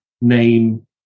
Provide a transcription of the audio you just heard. name